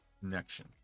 connection